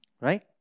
Right